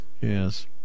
Yes